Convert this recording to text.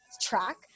track